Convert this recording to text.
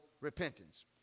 repentance